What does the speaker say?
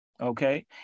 okay